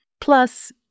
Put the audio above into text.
Plus